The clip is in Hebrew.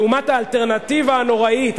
לעומת האלטרנטיבה הנוראית,